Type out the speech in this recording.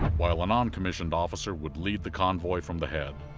while a non-commissioned officer would lead the convoy from the head.